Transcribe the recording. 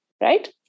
Right